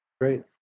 Great